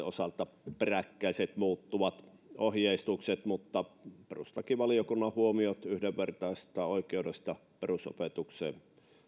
osalta peräkkäiset muuttuvat ohjeistukset mutta perustuslakivaliokunnan huomiot yhdenvertaisesta oikeudesta perusopetukseen